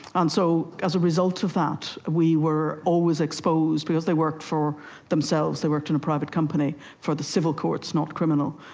and so as a result of that we were always exposed, because they worked for themselves, they worked in a private company for the civil courts, not criminal,